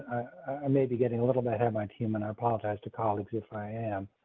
i may be getting a little bit, have my team and i apologize to colleagues if i am.